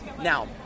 Now